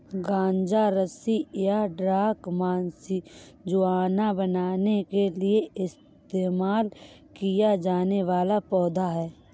गांजा रस्सी या ड्रग मारिजुआना बनाने के लिए इस्तेमाल किया जाने वाला पौधा है